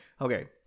okay